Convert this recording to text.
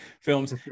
films